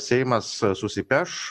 seimas susipeš